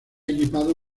equipado